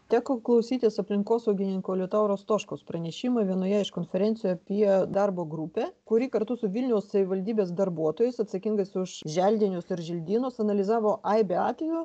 teko klausytis aplinkosaugininko liutauro stoškaus pranešimą vienoje iš konferencijų apie darbo grupę kuri kartu su vilniaus savivaldybės darbuotojais atsakingais už želdinius ir želdynus analizavo aibę atvejų